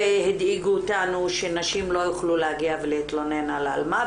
והדאיגו אותנו שנשים לא יוכלו להגיע ולהתלונן על אלימות במשפחה.